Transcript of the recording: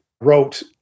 wrote